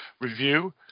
review